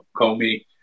Comey